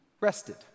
rested